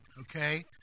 Okay